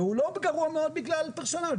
הוא לא גרוע מאוד בגלל פרסונליות.